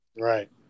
Right